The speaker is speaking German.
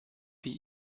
wie